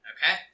Okay